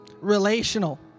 relational